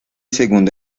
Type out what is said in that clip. segundo